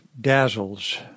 dazzles